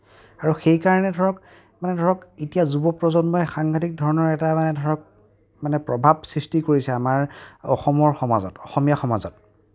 আৰু সেইকাৰণে ধৰক মানে ধৰক এতিয়া যুৱ প্ৰজন্মই সংঘাটিক ধৰণৰ এটা মানে ধৰক মানে প্ৰভাৱ সৃষ্টি কৰিছে আমাৰ অসমৰ সমাজত অসমীয়া সমাজত